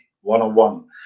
one-on-one